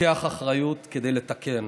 לוקח אחריות כדי לתקן,